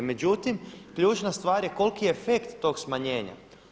Međutim ključna stvar je koliko je efekt tog smanjenja.